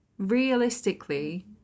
realistically